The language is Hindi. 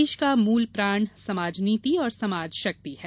देश का मूलप्राण समाज नीति और समाज शक्ति है